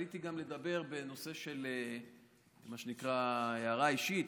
עליתי גם לדבר בנושא של מה שנקרא הערה אישית,